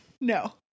No